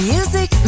Music